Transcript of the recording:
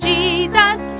Jesus